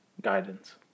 Guidance